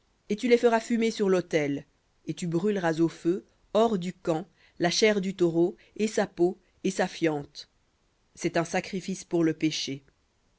et tu les feras fumer sur lautel et tu brûleras au feu hors du camp la chair du taureau et sa peau et sa fiente c'est un sacrifice pour le péché